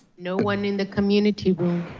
no one in the community room.